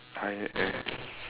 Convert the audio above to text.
I M